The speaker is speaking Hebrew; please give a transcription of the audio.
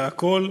בכול.